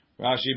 Rashi